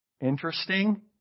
interesting